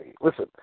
Listen